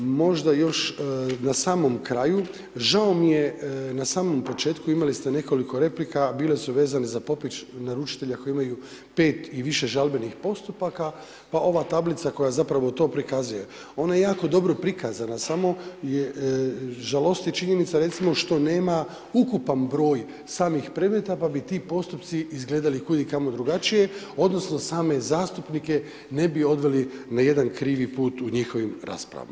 Možda još na samom kraju, žao mi je, na samom početku imali ste nekoliko replika, bile su vezane za popis naručitelja koji imaju 5 i više žalbenih postupaka pa ova tablica koja zapravo to prikazuje, ona je jako dobro prikazana, samo žalosti činjenica recimo što nema ukupan broj samih predmeta pa bi ti postupci izgledali kudikamo drugačije odnosno same zastupnike ne bi odveli na jedan krivi put u njihovim raspravama.